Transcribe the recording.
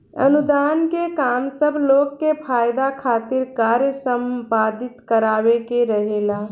अनुदान के काम सब लोग के फायदा खातिर कार्य संपादित करावे के रहेला